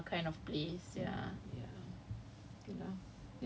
a hawker semi bar kind of place ya